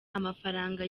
amafaranga